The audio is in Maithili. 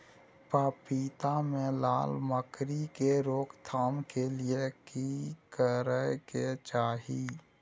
पपीता मे लाल मकरी के रोक थाम के लिये की करै के चाही?